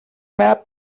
map